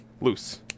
loose